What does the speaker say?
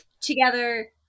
together